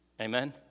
Amen